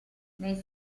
nei